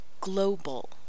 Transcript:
global